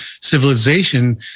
civilization